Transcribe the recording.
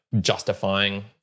justifying